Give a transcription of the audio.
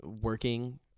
working